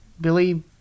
Billy